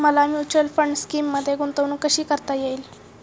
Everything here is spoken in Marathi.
मला म्युच्युअल फंड स्कीममध्ये गुंतवणूक कशी सुरू करता येईल?